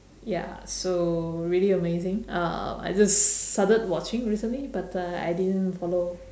ya so really amazing uh I just started watching recently but uh I didn't follow